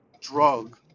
drug